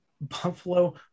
Buffalo